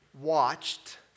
watched